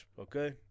okay